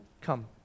come